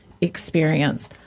experience